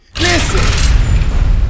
Listen